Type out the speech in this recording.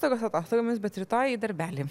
atostogos atostogomis bet rytoj į darbelį